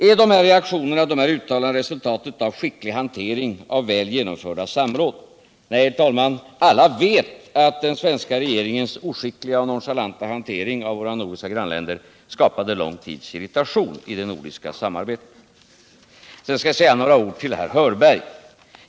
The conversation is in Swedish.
Är de här reaktionerna och uttalandena resultatet av en skicklig hantering av väl genomförda samråd? Nej, herr talman, alla vet att den svenska regeringens oskickliga och nonchalanta hantering av våra nordiska grannländer tvärtom skapade en lång tids irritation i det nordiska samarbetet. Sedan skall jag säga några ord till herr Hörberg.